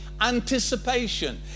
anticipation